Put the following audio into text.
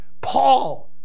Paul